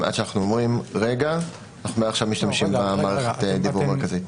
עד שאנחנו אומרים: מעכשיו משתמשים במערכת דיוור מרכזית.